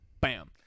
bam